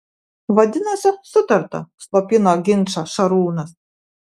vadinasi sutarta slopino ginčą šarūnas